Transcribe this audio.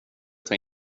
tar